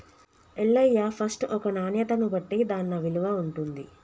Ellaiah first ఒక నాణ్యతను బట్టి దాన్న విలువ ఉంటుంది